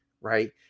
right